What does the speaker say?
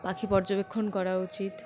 পাখি পর্যবেক্ষণ করা উচিত